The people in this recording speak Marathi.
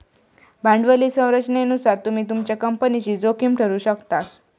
भांडवली संरचनेनुसार तुम्ही तुमच्या कंपनीची जोखीम ठरवु शकतास